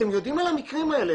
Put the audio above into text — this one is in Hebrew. אתם יודעים על המקרים האלה,